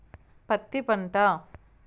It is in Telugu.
పత్తి పంట